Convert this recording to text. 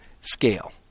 scale